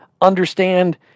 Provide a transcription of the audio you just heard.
understand